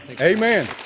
Amen